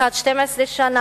אחד 12 שנה,